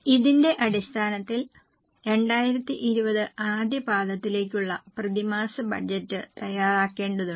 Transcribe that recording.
ഇതിന്റെ അടിസ്ഥാനത്തിൽ 2020 ആദ്യ പാദത്തിലേക്കുള്ള പ്രതിമാസ ബജറ്റ് തയ്യാറാക്കേണ്ടതുണ്ട്